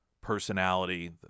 personality